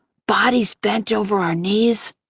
bodies bent over our knees.